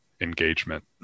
engagement